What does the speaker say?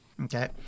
Okay